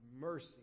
mercy